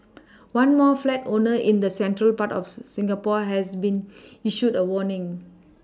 one more flat owner in the central part of Singapore has been issued a warning